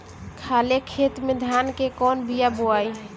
खाले खेत में धान के कौन बीया बोआई?